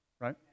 right